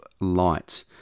light